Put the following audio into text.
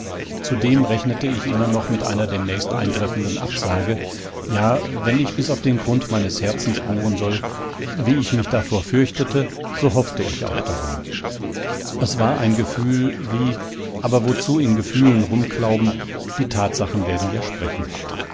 zudem rechnete ich immer noch mit einer demnächst eintreffenden absage ja wenn ich bis auf den grund meines herzens bohren soll wie ich mich davor fürchtete so hoffte ich auch darauf es war ein gefühl wie aber wozu in gefühlen rumklauben die tatsachen werden ja sprechen